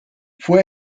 fue